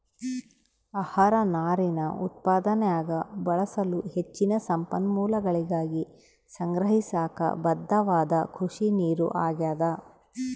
ಆಹಾರ ನಾರಿನ ಉತ್ಪಾದನ್ಯಾಗ ಬಳಸಲು ಹೆಚ್ಚಿನ ಸಂಪನ್ಮೂಲಗಳಿಗಾಗಿ ಸಂಗ್ರಹಿಸಾಕ ಬದ್ಧವಾದ ಕೃಷಿನೀರು ಆಗ್ಯಾದ